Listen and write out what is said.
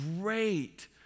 great